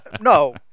no